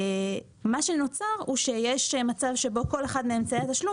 מה שנוצר זה מצב שבו כל אחד מאמצעי התשלום